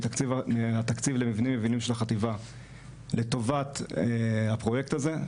מהתקציב למבנים יבילים של החטיבה לטובת הפרויקט הזה.